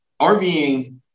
RVing